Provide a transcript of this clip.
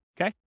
Okay